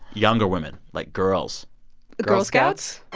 younger women like, girls girl scouts?